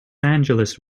angeles